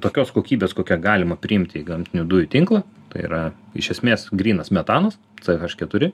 tokios kokybės kokią galima priimti į gamtinių dujų tinklą tai yra iš esmės grynas metanas c haš keturi